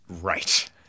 Right